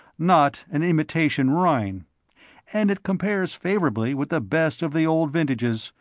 not an imitation rhine and it compares favorably with the best of the old vintages,